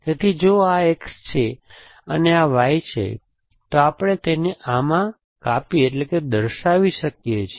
તેથી જો આ X છે અને આ Y છે તો આપણે તેને આમાં કાપીદર્શાવી શકીએ છીએ